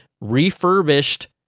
refurbished